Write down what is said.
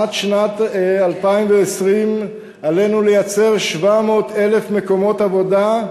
עד שנת 2020 עלינו לייצר 700,000 מקומות עבודה,